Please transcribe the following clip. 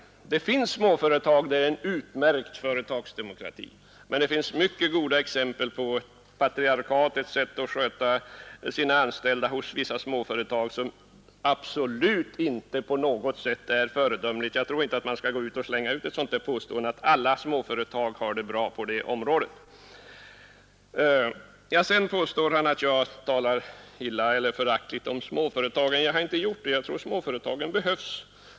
Visserligen har vi småföretag med en utmärkt företagsdemo krati, men man kan också finna mycket goda exempel på småföretag vilkas chefer sköter verksamheten och umgås med sina anställda på ett mycket patriarkaliskt sätt, som inte alls är föredömligt. Därför tycker jag inte att herr Sjönell skall slunga ut påståendet att företagsdemokratin är bra vid alla småföretag. Sedan påstod också herr Sjönell att jag talade föraktligt om småföretagen. Det har jag inte gjort. Jag tror visst att småföretagen behövs.